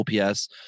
ops